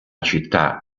città